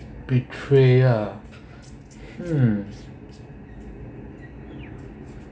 betrayal hmm